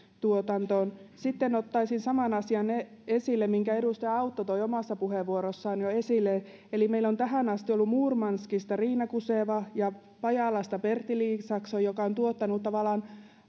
tuotantoon sitten ottaisin esille saman asian minkä edustaja autto toi omassa puheenvuorossaan jo esille eli sen että meillä on tähän asti ollut murmanskista riina guseva ja pajalasta bertil isaksson jotka ovat tuottaneet tavallaan